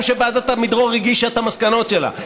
שוועדת עמידרור הגישה את המסקנות שלה.